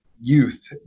youth